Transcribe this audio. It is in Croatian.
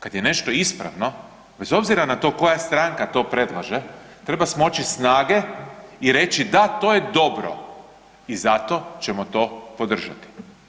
Kada je nešto ispravno bez obzira na to koja stranka to predlaže treba smoći snage i reći – da, to je dobro i zato ćemo to podržati.